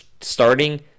starting